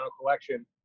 collection